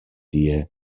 tie